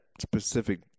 specific